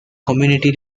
community